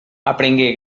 aprengué